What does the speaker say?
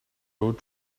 road